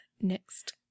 next